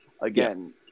Again